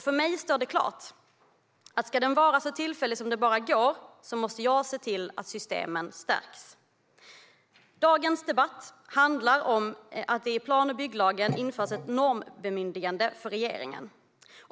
För mig står det klart att om den ska vara så tillfällig som det bara går måste jag se till att systemen stärks. Dagens debatt handlar om att det i plan och bygglagen införs ett normbemyndigande för regeringen.